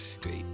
great